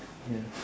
ya